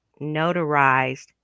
notarized